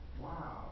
Wow